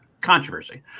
controversy